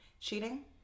cheating